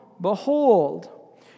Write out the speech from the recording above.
behold